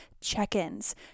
check-ins